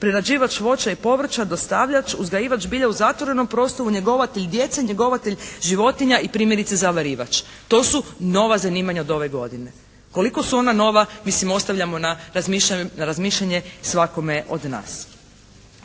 prerađivač voća i povrća, dostavljač, uzgajivač bilja u zatvorenom prostoru, njegovatelj djece, njegovatelj životinja i primjerice zavarivač. To su nova zanimanja od ove godine. Koliko su ona nova, mislim ostavljamo na razmišljanje svakome od nas.